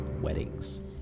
weddings